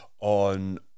on